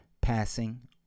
Passing